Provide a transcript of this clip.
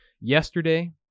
yesterday